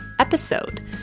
episode